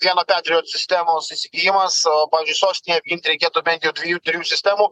vieno patriot sistemos įsigijimas o pavyzdžiui sostinei apginti reikėtų bent jau dviejų trijų sistemų